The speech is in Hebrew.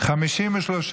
התשפ"ג